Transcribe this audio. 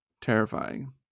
terrifying